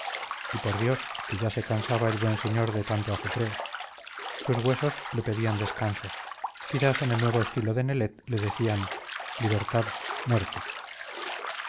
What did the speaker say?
y por dios que ya se cansaba el buen señor de tanto ajetreo sus huesos le pedían descanso quizás en el nuevo estilo de nelet le decían libertad muerte